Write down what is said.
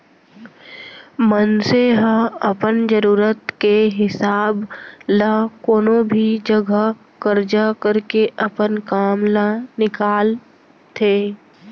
मनसे ह अपन जरूरत के हिसाब ल कोनो भी जघा करजा करके अपन काम ल निकालथे